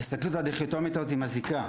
ההסתכלות הדיכוטומית הזאת מזיקה.